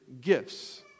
gifts